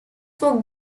for